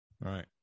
Right